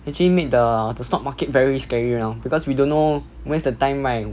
actually make the the stock market very scary right now because we don't know whens the time right